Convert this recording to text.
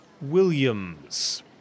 Williams